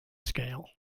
scale